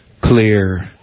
Clear